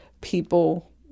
people